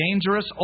dangerous